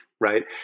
Right